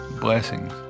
Blessings